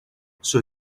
sus